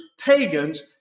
pagans